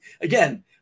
Again